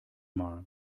mal